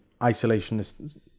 isolationist